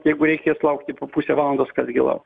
jeigu reikės laukti po pusę valandos kas gi lauks